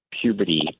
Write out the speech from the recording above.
puberty